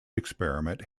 experiment